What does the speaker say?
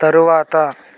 తరువాత